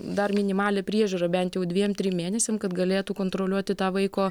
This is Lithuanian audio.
dar minimalią priežiūrą bent jau dviem trim mėnesiam kad galėtų kontroliuoti tą vaiko